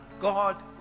God